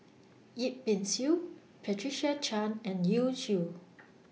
Yip Pin Xiu Patricia Chan and Yu Zhuye